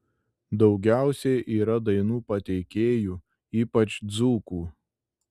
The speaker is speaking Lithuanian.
daugiausiai yra dainų pateikėjų ypač dzūkų